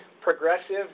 progressive